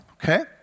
Okay